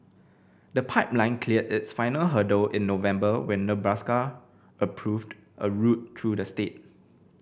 the pipeline cleared its final hurdle in November when Nebraska approved a route through the state